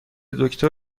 دکتر